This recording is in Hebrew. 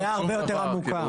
הבעיה היא הרבה יותר עמוקה.